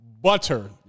butter